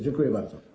Dziękuję bardzo.